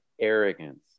arrogance